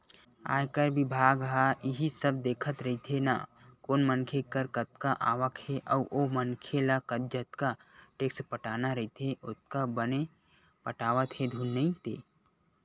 आयकर बिभाग ह इही सब देखत रहिथे ना कोन मनखे कर कतका आवक हे अउ ओ मनखे ल जतका टेक्स पटाना रहिथे ओतका बने पटावत हे धुन नइ ते